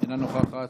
אינה נוכחת,